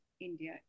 India